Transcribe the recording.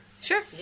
Sure